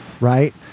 Right